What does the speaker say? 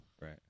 right